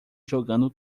jogando